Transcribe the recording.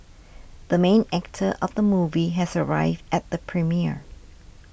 the main actor of the movie has arrived at the premiere